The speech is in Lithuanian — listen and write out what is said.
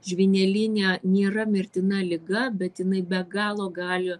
žvynelinė nėra mirtina liga bet jinai be galo gali